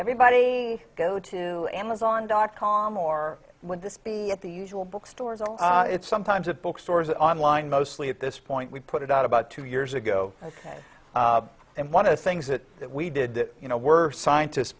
everybody go to amazon dot com or would this be at the usual bookstores or it's sometimes at bookstores online mostly at this point we put it out about two years ago ok and one of the things that we did you know we're scientist